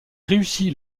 réussit